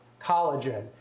collagen